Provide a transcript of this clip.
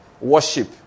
worship